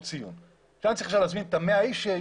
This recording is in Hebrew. ציון ועכשיו אני צריך להזמין את ה-100 אנשים?